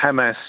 Hamas